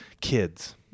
kids